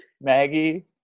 maggie